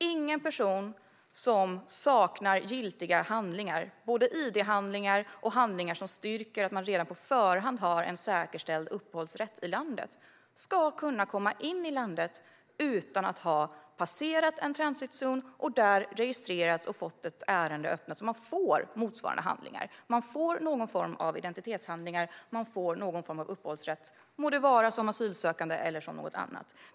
Ingen person som saknar giltiga handlingar, såväl id-handlingar som handlingar som styrker att man redan på förhand har en säkerställd uppehållsrätt i landet, ska kunna komma in i landet utan att ha passerat en transitzon, registrerats där och fått ett ärende öppnat, så att man får motsvarande handlingar. Man får någon form av identitetshandlingar, någon form av uppehållsrätt. Det må vara som asylsökande eller något annat.